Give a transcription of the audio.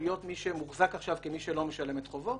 להיות מי שמוחזק עכשיו כמי שלא משלם את חובו.